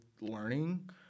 learning